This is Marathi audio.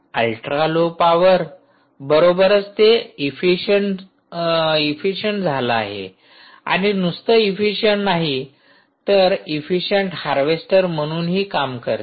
अल्ट्रा लो पॉवरबरोबरच ते एफिशियंट झाल आहे आणि नुसतं एफिशियंट नाही तर एफिशियंट हार्वेस्टर म्हणूनही काम करते